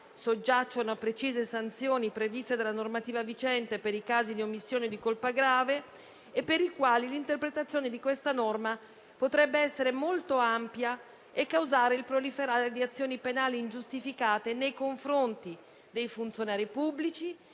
soggiacciono a precise sanzioni previste dalla normativa vigente per i casi di omissione o di colpa grave, per i quali l'interpretazione di questa norma potrebbe essere molto ampia, causando il proliferare di azioni penali ingiustificate nei confronti dei funzionari pubblici